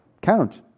Count